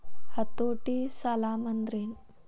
ಹತೋಟಿ ಸಾಲಾಂದ್ರೆನ್?